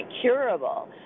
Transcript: curable